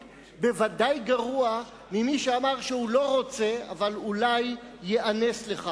ודאי גרוע ממי שאמר שהוא לא רוצה אבל אולי ייאנס לכך.